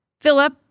Philip